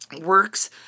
works